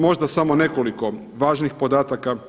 Možda samo nekoliko važnih podataka.